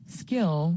skill